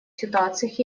ситуациях